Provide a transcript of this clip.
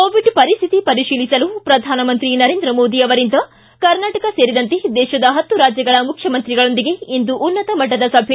Covid ಪರಿಸ್ಥಿತಿ ಪರಿಶೀಲಿಸಲು ಶ್ರಧಾನಮಂತ್ರಿ ನರೇಂದ್ರ ಮೋದಿ ಅವರಿಂದ ಕರ್ನಾಟಕ ಸೇರಿದಂತೆ ದೇತದ ಹತ್ತು ರಾಜ್ಯಗಳ ಮುಖ್ಯಮಂತ್ರಿಗಳೊಂದಿಗೆ ಇಂದು ಉನ್ನತ ಮಟ್ಟದ ಸಭೆ